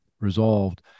resolved